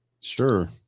Sure